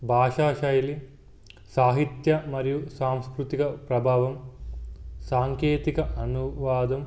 భాషా శైలి సాహిత్య మరియు సాంస్కృతిక ప్రభావం సాంకేతిక అనువాదం